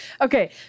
Okay